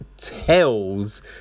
Tells